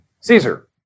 Caesar